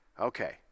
Okay